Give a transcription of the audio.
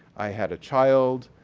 i had a child.